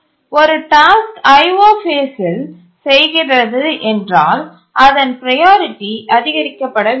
ஒரு task IO ஃபேஸ்சில் செய்கிறதென்றால் அதன் ப்ரையாரிட்டி அதிகரிக்கப்பட வேண்டும்